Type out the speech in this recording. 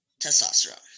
testosterone